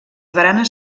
baranes